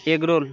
egg roll